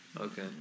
Okay